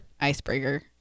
Icebreaker